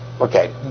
okay